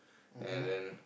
and then